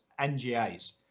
NGAs